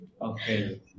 Okay